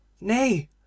Nay